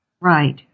Right